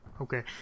Okay